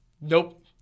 Nope